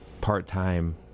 part-time